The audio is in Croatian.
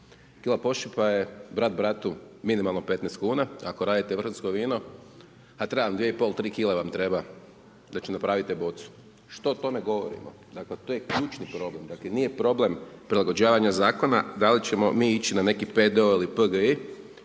Kila pošipa je brat-bratu minimalno 15 kuna, ako radite vrhunsko vino, a treba vam 2,5, 3 kile vam treba da napravite bocu. Što tome govorimo? Dakle, to je ključni problem. Dakle, nije problem prilagođavanje Zakona, da li ćemo mi ići na neki .../Govornik